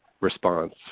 response